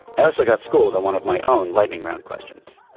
i also got schooled on one of my own lightning round questions.